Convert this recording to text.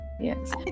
Yes